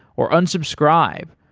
or unsubscribe,